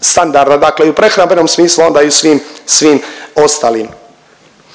standarda, dakle i u prehrambenom smislu, onda i u svim, svim